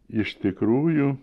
iš tikrųjų